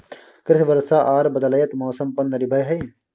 कृषि वर्षा आर बदलयत मौसम पर निर्भर हय